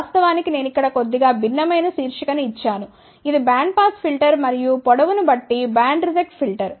వాస్తవానికి నేను ఇక్కడ కొద్దిగా భిన్నమైన శీర్షిక ను ఇచ్చాను ఇది బ్యాండ్పాస్ ఫిల్టర్ మరియు పొడవు ను బట్టి బ్యాండ్ రిజెక్ట్ ఫిల్టర్